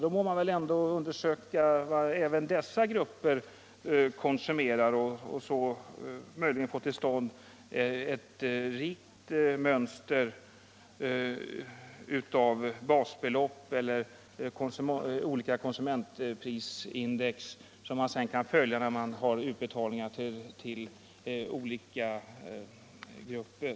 Då må man väl undersöka vad även dessa grupper konsumerar, också möjligen få till stånd ett rikt mönster av olika konsumentprisindex, som man sedan kan följa vid utbetalningar till olika grupper.